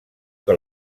que